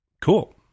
Cool